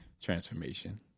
Transformation